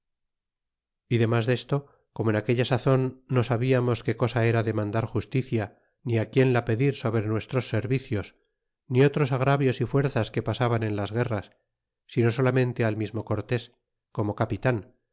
y demas desto corno en aquella sazon no sabiames que cosa era demandar justicia ni quien la pedir sobre nuestros servidos ni otros agravios y fuerzas que pasaban en las guerras sino solamente al mismo cortés como capitan